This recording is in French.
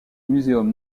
muséum